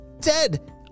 Ted